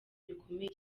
bikomeye